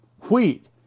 wheat